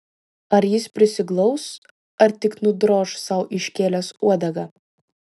ar jis prisiglaus ar tik nudroš sau iškėlęs uodegą